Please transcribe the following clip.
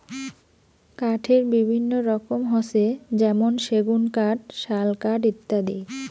কাঠের বিভিন্ন রকম হসে যেমন সেগুন কাঠ, শাল কাঠ ইত্যাদি